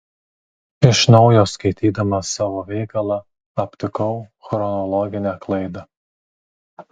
iš naujo skaitydamas savo veikalą aptikau chronologinę klaidą